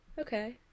Okay